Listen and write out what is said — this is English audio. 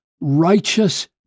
righteous